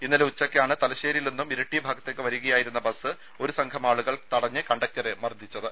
ഇന്നലെ ഉച്ചയ്ക്കാണ് തലശേരിയിൽ നിന്നും ഇരിട്ടി ഭാഗത്തേക്ക് വരികയായിരുന്ന ബസ് ഒരു സംഘമാളുകൾ തടഞ്ഞ് കണ്ടക്ടറെ മർദ്ദിച്ചത്